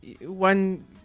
one